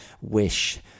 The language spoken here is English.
wish